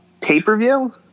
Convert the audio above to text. pay-per-view